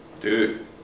Dude